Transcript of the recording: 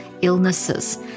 illnesses